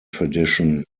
tradition